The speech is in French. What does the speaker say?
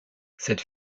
cette